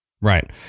Right